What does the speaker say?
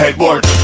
headboard